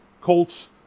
Colts